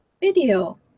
video